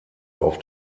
auf